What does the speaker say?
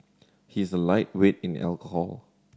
he's a lightweight in alcohol